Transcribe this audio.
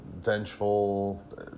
vengeful